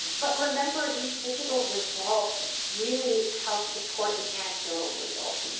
but remember these digital results really help support the anecdotal results.